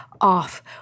off